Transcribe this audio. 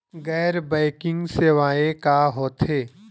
गैर बैंकिंग सेवाएं का होथे?